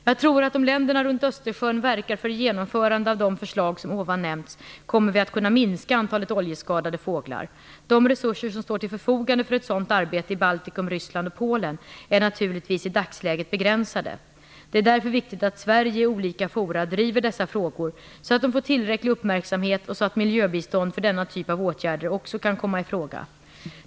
Jag tror att om länderna runt Östersjön verkar för genomförande av de förslag som nämnts kommer vi att kunna minska antalet oljeskadade fåglar. De resurser som står till förfogande för ett sådant arbete i Baltikum, Ryssland och Polen är naturligtvis i dagsläget begränsade. Det är därför viktigt att Sverige i olika fora driver dessa frågor så att de får tillräcklig uppmärksamhet och så att miljöbistånd för denna typ av åtgärder också kan komma i fråga.